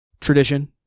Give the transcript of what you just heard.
tradition